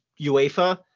UEFA